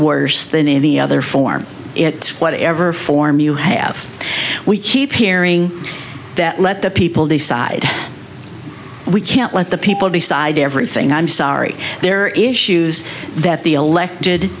worse than any other form it whatever form you have we keep hearing that let the people decide we can't let the people decide everything i'm sorry there are issues that the elected